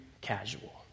casual